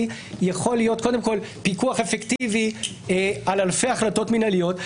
זה פיקוח אפקטיבי על אלפי החלטות מינהליות.